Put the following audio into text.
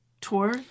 tour